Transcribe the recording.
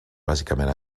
bàsicament